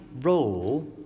role